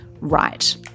right